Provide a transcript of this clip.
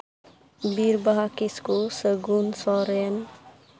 ᱵᱤᱨᱵᱟᱦᱟ ᱠᱤᱥᱠᱩ ᱥᱟᱹᱜᱩᱱ ᱥᱚᱨᱮᱱ